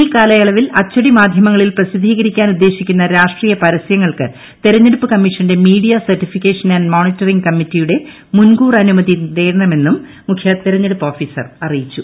ഈ കാലയളവിൽ അച്ചടി മാധ്യമങ്ങളിൽ പ്രസിദ്ധീകരിക്കാനുദ്ദേശിക്കുന്ന രാഷ്ട്രീയ പരസ്യങ്ങൾക്ക് തിരഞ്ഞെടുപ്പ് കമ്മീഷന്റെ മീഡിയ സർട്ടിഫിക്കേഷൻ ആന്റ് മോണിറ്ററിംഗ് കമ്മിറ്റിയുടെ മുൻകൂർ അനുമതി നേടണമെന്നും മുഖ്യതിരഞ്ഞെടുപ്പ് ഓഫീസർ അറിയിച്ചു